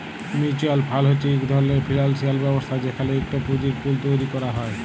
mutual fund হছে ইক ধরলের ফিল্যালসিয়াল ব্যবস্থা যেখালে ইকট পুঁজির পুল তৈরি ক্যরা হ্যয়